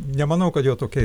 nemanau kad jo tokia